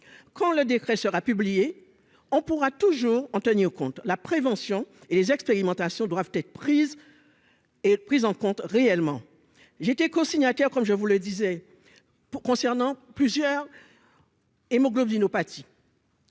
quand le décret sera publié, on pourra toujours Antonio Conte, la prévention et les expérimentations doivent être prises et prise en compte réellement, j'étais co-signataire comme je vous le disais pour concernant plusieurs. Hémoglobine